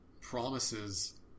promises